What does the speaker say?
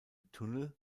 tunnel